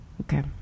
Okay